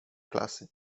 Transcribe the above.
klasy